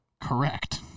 Correct